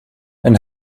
een